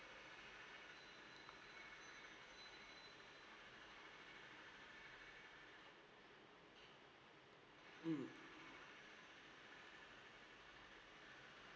mm